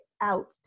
out